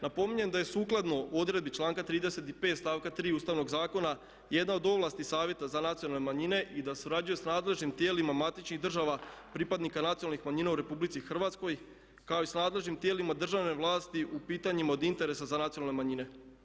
Napominjem da je sukladno odredbi članka 35. stavka 3. Ustavnog zakona jedna od ovlasti Savjeta za nacionalne manjine i da surađuje s nadležnim tijelima matičnih država pripadnika nacionalnih manjina u Republici Hrvatskoj kao i s nadležnim tijelima državne vlasti u pitanjima od interesa za nacionalne manjine.